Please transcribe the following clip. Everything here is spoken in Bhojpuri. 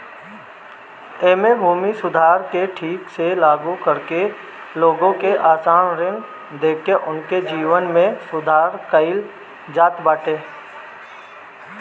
एमे भूमि सुधार के ठीक से लागू करके लोग के आसान ऋण देके उनके जीवन में सुधार कईल जात बाटे